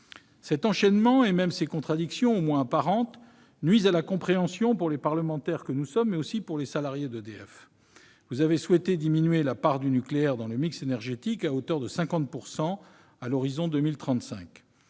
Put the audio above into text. Cet enchaînement et même ces contradictions, au moins apparentes, nuisent à la compréhension pour les parlementaires que nous sommes, mais aussi pour les salariés d'EDF. Vous avez souhaité diminuer la part du nucléaire dans le mix énergétique à hauteur de 50 % à l'horizon de 2035.